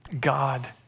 God